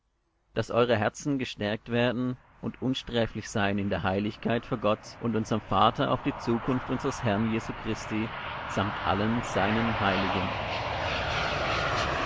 daß eure herzen gestärkt werden und unsträflich seien in der heiligkeit vor gott und unserm vater auf die zukunft unsers herrn jesu christi samt allen seinen heiligen